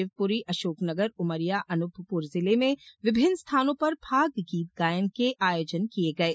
शिवपुरी अशोकनगर उमरिया अनूपपुर जिले में विभिन्न स्थानों पर फाग गीत गायन के आयोजन किये गये